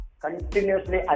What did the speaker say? continuously